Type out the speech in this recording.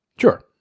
Sure